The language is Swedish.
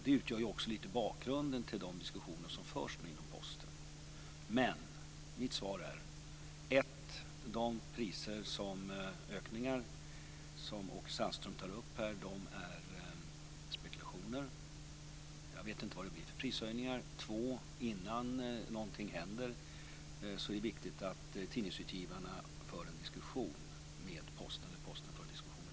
Det utgör bakgrunden till de diskussioner som nu förs inom Posten. Mina svar är följande: 1. De prisökningar som Åke Sandström tar upp är spekulationer. Jag vet inte vad det blir för prishöjningar. 2. Innan någonting händer är det viktigt att tidningsutgivarna för en diskussion med Posten.